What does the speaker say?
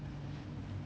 S_U_T_D